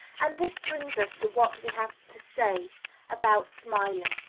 and this brings us to what we have to say about smiling.